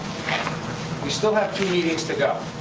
we still have two meetings to go.